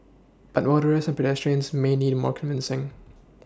but motorists and pedestrians may need more convincing